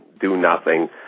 do-nothing